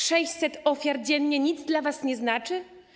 600 ofiar dziennie nic dla was nie znaczy?